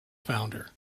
founder